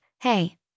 hey